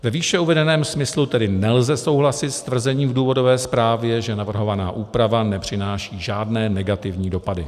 Ve výše uvedeném smyslu tedy nelze souhlasit s tvrzením v důvodové zprávě, že navrhovaná úprava nepřináší žádné negativní dopady.